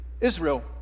Israel